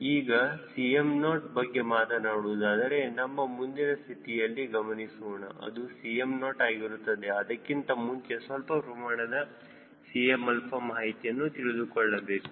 ಈಗ Cm0 ಬಗ್ಗೆ ಮಾತನಾಡುವುದಾದರೆ ನಮ್ಮ ಮುಂದಿನ ಸ್ಥಿತಿಯನ್ನು ಗಮನಿಸೋಣ ಅದು Cm0 ಆಗಿರುತ್ತದೆ ಅದಕ್ಕಿಂತ ಮುಂಚೆ ಸ್ವಲ್ಪ ಪ್ರಮಾಣದ 𝐶mα ಮಾಹಿತಿಯನ್ನು ತಿಳಿದುಕೊಳ್ಳಬೇಕು